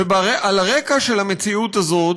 ועל הרקע של המציאות הזאת,